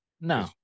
No